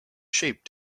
sheep